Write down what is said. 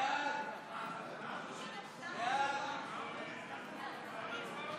(הוראת שעה), התשפ"ב